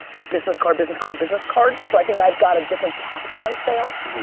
business card, business card, business card. so i think i've got a different tactic on sales.